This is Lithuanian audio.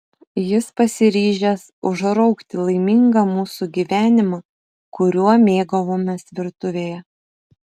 jis pasiryžęs užraukti laimingą mūsų gyvenimą kuriuo mėgavomės virtuvėje